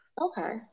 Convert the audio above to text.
Okay